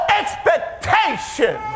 expectation